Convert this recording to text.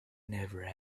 never